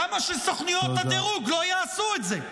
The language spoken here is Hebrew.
למה שסוכנויות הדירוג לא יעשו את זה?